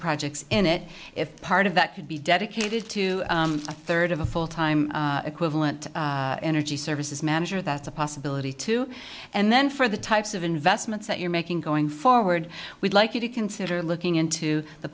projects in it if part of that could be dedicated to a third of a full time equivalent energy services manager that's a possibility too and then for the types of investments that you're making going forward we'd like you to consider looking into the